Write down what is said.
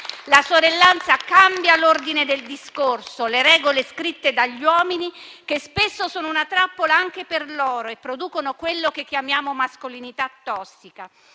La sorellanza cambia l'ordine del discorso, le regole scritte dagli uomini, che spesso sono una trappola anche per loro e producono quella che chiamiamo mascolinità tossica.